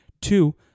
Two